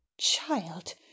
Child